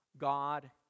God